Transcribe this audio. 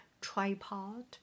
tripod